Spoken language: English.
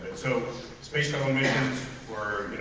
so space shuttle missions were